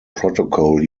protocol